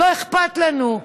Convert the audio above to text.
לא אכפת לנו.